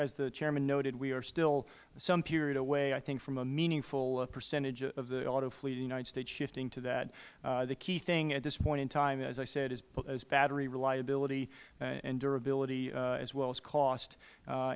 as the chairman noted we are still some period away i think from a meaningful percentage of the auto fleet in the united states shifting to that the key thing at this point in time as i said is battery reliability and durability as well as cost a